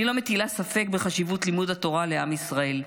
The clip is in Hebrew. אני לא מטילה ספק בחשיבות לימוד התורה לעם ישראל,